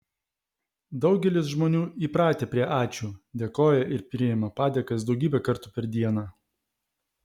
daugelis žmonių įpratę prie ačiū dėkoja ir priima padėkas daugybę kartų per dieną